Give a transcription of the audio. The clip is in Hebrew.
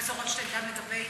פרופסור רוטשטיין גם לגבי